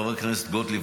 חברת הכנסת גוטליב,